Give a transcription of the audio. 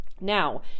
now